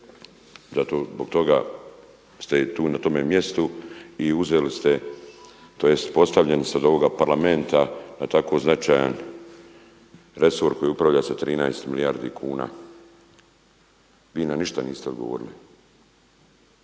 Zato zbog toga ste i tu na tome mjestu i uzeli ste, tj. postavljeni ste od ovoga Parlamenta na tako značajan resor koji upravlja sa 13 milijardi kuna. Vi na ništa niste odgovorili.